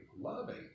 loving